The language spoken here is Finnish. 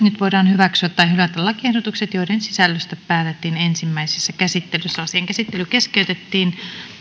voidaan hyväksyä tai hylätä lakiehdotukset joiden sisällöstä päätettiin ensimmäisessä käsittelyssä asian käsittely keskeytettiin